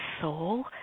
soul